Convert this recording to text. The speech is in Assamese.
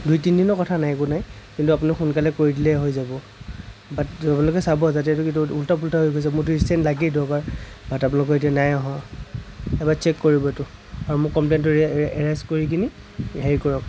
দুই তিনিদিনৰ কথা নাই একো নাই কিন্তু আপোনালোকে সোনকালে কৰি দিলে হৈ যাব বাট আপোনালোকে চাব যাতে উল্টা পুল্টা হৈ যাব মোকতো ইনষ্টেণ্ট লাগেই দৰকাৰ বাট আপোনালোকৰ এতিয়া নাই অহা এবাৰ চেক কৰিব এইটো আৰু মোৰ কমপ্লেইনটো এৰাইজ কৰি কিনি হেৰি কৰক